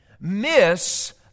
miss